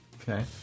Okay